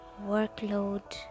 workload